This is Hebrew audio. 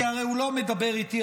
כי הרי הוא לא מדבר איתי,